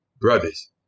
brothers